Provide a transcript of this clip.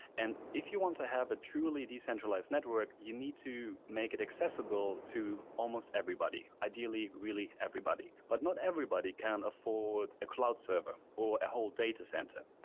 and if you want to have a truly decentralized network, you need to make it accessible to almost everybody. ideally, really everybody, everybody, but not everybody can afford a cloud server or a whole data center.